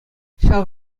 ҫав